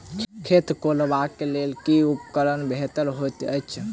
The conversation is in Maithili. खेत कोरबाक लेल केँ उपकरण बेहतर होइत अछि?